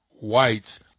whites